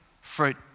fruit